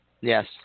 yes